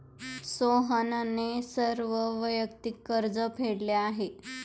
सोहनने सर्व वैयक्तिक कर्ज फेडले आहे